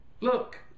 Look